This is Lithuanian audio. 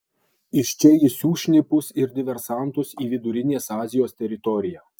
iš čia jis siųs šnipus ir diversantus į vidurinės azijos teritoriją